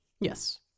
Yes